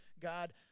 God